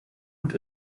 gut